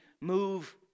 move